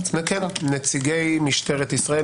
נציגי משטרת ישראל,